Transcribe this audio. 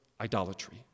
idolatry